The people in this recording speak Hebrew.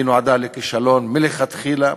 היא נועדה לכישלון מלכתחילה.